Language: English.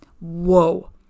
Whoa